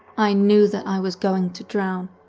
i knew that i was going to drown.